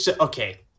okay